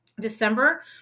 December